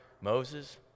Moses